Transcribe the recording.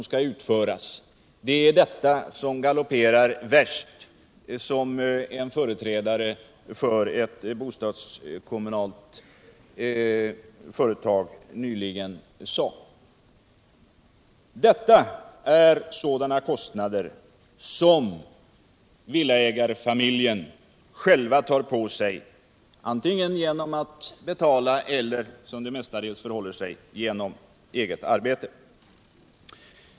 Det är dessa kostnader som ”galopperar värst”, som en företrädare för ett bostadskommunalt företag nyligen sade. Detta är sådana kostnader som villaägarfamiljen själv tar på sig antingen genom att betala eller, som det mestadels förhåller sig, genom eget arbete.